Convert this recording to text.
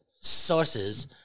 sources